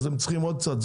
אז הם צריכים עוד קצת,